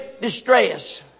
distress